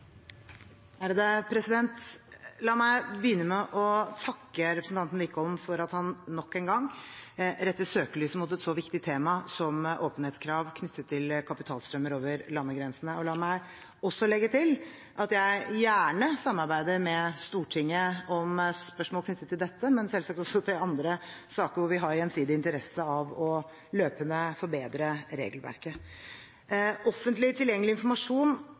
at han nok en gang retter søkelyset mot et så viktig tema som åpenhetskrav knyttet til kapitalstrømmer over landegrensene. La meg også legge til at jeg gjerne samarbeider med Stortinget om spørsmål knyttet til dette, men selvsagt også til andre saker hvor vi har gjensidig interesse av løpende å forbedre regelverket. Offentlig tilgjengelig informasjon